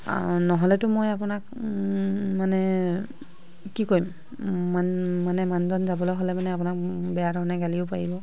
নহ'লেটো মই আপোনাক মানে কি কৰিম মান মানে মানুহজন যাবলৈ হ'লে মানে আপোনাক বেয়া ধৰণে গালিও পাৰিব